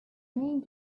name